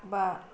बा